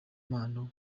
mpano